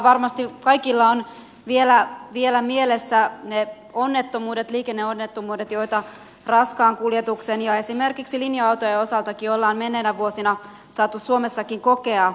varmasti kaikilla ovat vielä mielessä ne liikenneonnettomuudet joita raskaan kuljetuksen ja esimerkiksi linja autojen osaltakin ollaan menneinä vuosina saatu suomessakin kokea